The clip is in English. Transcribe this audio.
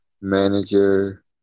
manager